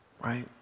Right